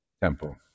temple